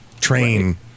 train